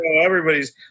everybody's